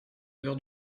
heures